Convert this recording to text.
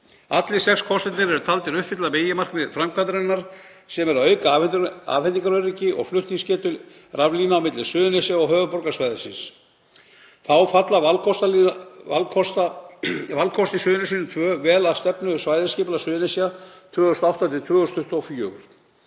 Allir sex kostirnir eru taldir uppfylla meginmarkmið framkvæmdarinnar, sem er að auka afhendingaröryggi og flutningsgetu raflína á milli Suðurnesja og höfuðborgarsvæðisins. Þá falla valkostir Suðurnesjalínu 2 vel að stefnu svæðisskipulags Suðurnesja 2008–2024.